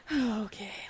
Okay